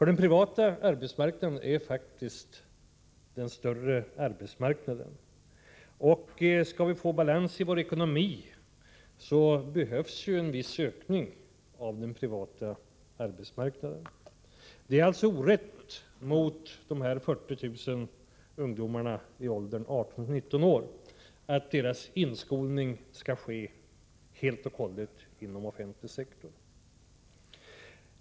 Den privata arbetsmarknaden är faktiskt den större arbetsmarknaden. Om vi skall ha balans i vår ekonomi behövs en viss ökning av den privata arbetsmarknaden. Det är orätt mot de 40 000 ungdomarna i åldern 18-19 år att deras inskolning skall ske helt och hållet inom den offentliga sektorn.